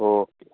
oh